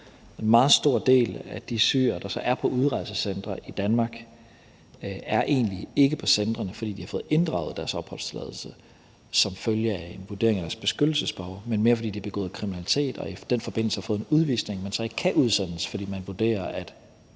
En meget stor del af de syrere, der så er på udrejsecentre i Danmark, er egentlig ikke på centrene, fordi de har fået inddraget deres opholdstilladelse som følge af en vurdering af deres beskyttelsesbehov, men mere fordi de har begået kriminalitet og i den forbindelse har fået en udvisningsdom, men så ikke kan udsendes, fordi man vurderer, at